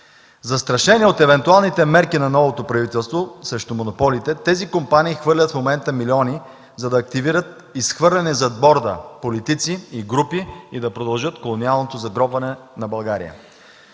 Застрашени от евентуалните мерки на новото правителство срещу монополите тези компании хвърлят в момента милиони, за да активират изхвърляне зад борда на политици и групи и да продължат колониалното загробване на България.